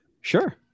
Sure